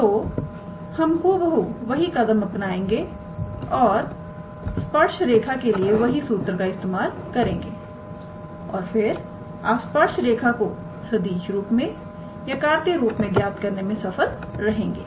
तो हम हुबहू वही कदम अपनाएंगे और स्पर्श रेखा के लिए वही सूत्र का इस्तेमाल करेंगे और फिर आप स्पर्श रेखा को सदिश रूप में या कार्तीय रूप में ज्ञात करने में सफल रहेंगे